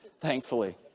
thankfully